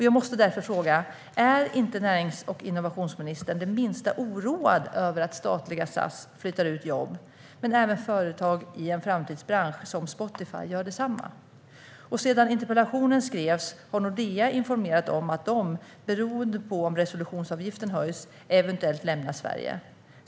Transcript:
Jag måste därför fråga: Är inte närings och innovationsministern det minsta oroad över att statliga SAS flyttar ut jobb och att även företag i en framtidsbransch som Spotify gör detsamma? Sedan interpellationen skrevs har Nordea informerat om att de, beroende på om resolutionsavgiften höjs, eventuellt lämnar Sverige.